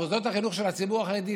מוסדות החינוך של הציבור החרדי,